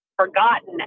forgotten